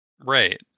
Right